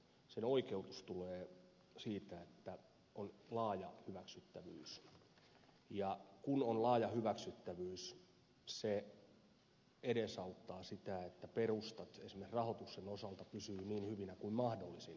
sen oikeutus tulee siitä että on laaja hyväksyttävyys ja kun on laaja hyväksyttävyys se edesauttaa sitä että perustat esimerkiksi rahoituksen osalta pysyvät niin hyvinä kuin mahdollista